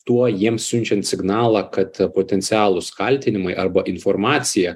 tuo jiems siunčiant signalą kad potencialūs kaltinimai arba informacija